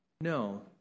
no